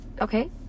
okay